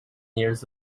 years